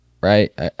right